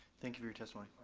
thank you for your testimony.